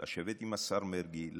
לשבת עם השר מרגי,